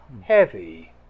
heavy